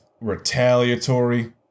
retaliatory